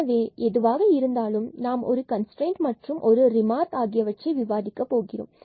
எனவே எதுவாக இருந்தாலும் நாம் ஒரு கன்ஸ்ட்ரைன்ட் மற்றும் ஒரு ரிமார்க் ஆகியவற்றை விவாதிக்கப் போகிறோம்